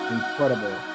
incredible